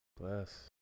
Bless